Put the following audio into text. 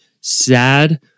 sad